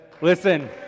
Listen